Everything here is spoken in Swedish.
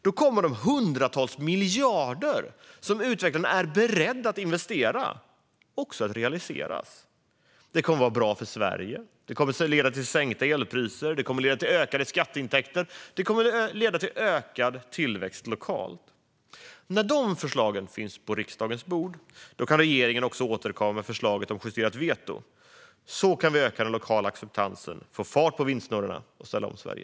Då kommer de hundratals miljarder som utvecklarna är beredda att investera också att realiseras. Det kommer att vara bra för Sverige. Det kommer att leda till sänkta elpriser, ökade skatteintäkter och ökad tillväxt lokalt. När de förslagen finns på riksdagens bord kan regeringen också återkomma med förslaget om justerat veto. Så kan vi öka den lokala acceptansen, få fart på vindsnurrorna och ställa om Sverige.